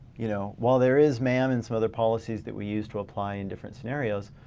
you know, while there is mam and some other policies that we use to apply in different scenarios.